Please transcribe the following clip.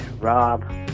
Rob